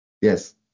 yes